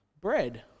bread